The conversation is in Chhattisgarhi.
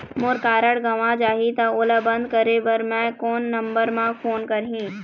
मोर कारड गंवा जाही त ओला बंद करें बर मैं कोन नंबर म फोन करिह?